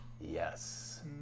Yes